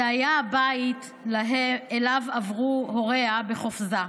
זה היה הבית שאליו עברו הוריה בחופזה.